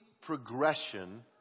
progression